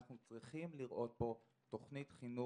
אנחנו צריכים לראות פה תוכנית חינוך,